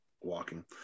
walking